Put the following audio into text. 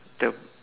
the